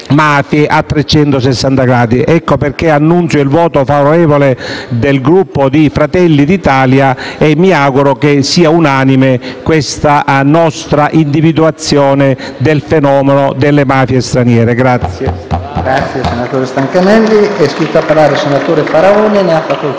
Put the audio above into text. a 360 gradi. Ecco perché annuncio il voto favorevole del Gruppo Fratelli d'Italia e mi auguro che questa nostra individuazione del fenomeno delle mafie straniere sia